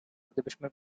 gdybyśmy